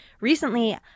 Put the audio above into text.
Recently